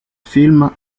film